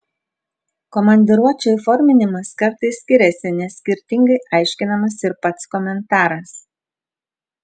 komandiruočių įforminimas kartais skiriasi nes skirtingai aiškinamas ir pats komentaras